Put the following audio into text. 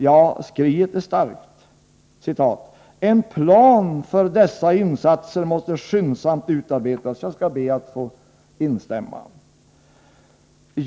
Ja, skriet är starkt: ”En plan för dessa insatser måste skyndsamt utarbetas etc.” Jag skall be att få instämma.